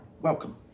Welcome